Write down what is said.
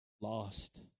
lost